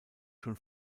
schon